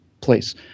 place